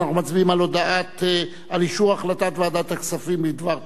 אנחנו מצביעים על הצעת ועדת הכספים בדבר פיצול.